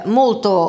molto